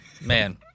man